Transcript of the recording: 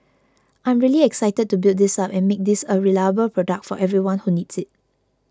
I'm really excited to build this up and make this a reliable product for everyone who needs it